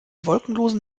wolkenlosen